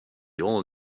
all